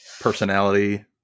personality